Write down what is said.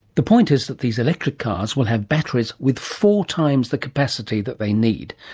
the point is that these electric cars will have batteries with four times the capacity that they need,